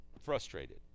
frustrated